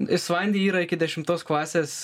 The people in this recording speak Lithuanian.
islandija yra iki dešimtos klasės